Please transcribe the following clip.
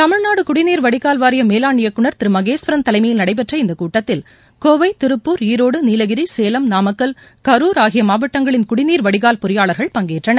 தமிழ்நாடு குடிநீர் வடிகால் வாரிய மேலாண் இயக்குநர் திரு மகேஸ்வரன் தலைமையில் நடைபெற்ற இந்த கூட்டத்தில் கோவை திருப்பூர் ஈரோடு நீலகிரி சேலம் நாமக்கல் கரூர் ஆகிய மாவட்டங்களின் குடிநீர் வடிகால் பொறியாளர்கள் பங்கேற்றனர்